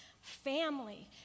family